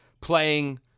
playing